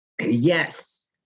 Yes